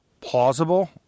plausible